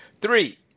three